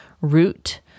root